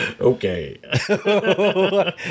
Okay